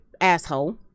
asshole